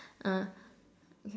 uh okay